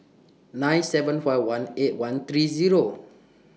nine seven five one eight one three Zero